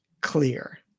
clear